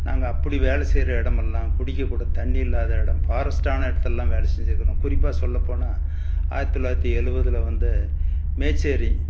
நாங்கள் அப்படி வேலை செய்கிற இடம் எல்லாம் குடிக்க கூட தண்ணி இல்லாத இடம் ஃபாரஸ்ட்டான இடத்துலலாம் வேலை செஞ்சு இருக்கிறோம் குறிப்பாக சொல்லப்போனால் ஆயிரத்து தொள்ளாயிரத்தி எழுவதுல வந்து மேச்சேரி